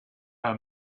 her